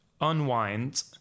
unwind